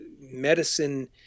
medicine